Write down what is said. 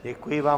Děkuji vám.